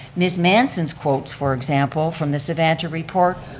miss manson's quotes for example, from the savanta report,